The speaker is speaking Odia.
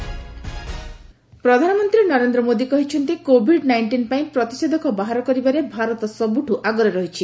ପିଏମ୍ ଭ୍ୟାକ୍ସିନ୍ ପ୍ରଧାନମନ୍ତ୍ରୀ ନରେନ୍ଦ ମୋଦୀ କହିଛନ୍ତି କୋବିଡ୍ ନାଇଷ୍ଟିନ୍ ପାଇଁ ପ୍ରତିଷେଧକ ବାହାର କରିବାରେ ଭାରତ ସବୁଠୁ ଆଗରେ ରହିଛି